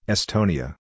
Estonia